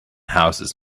houses